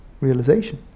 realization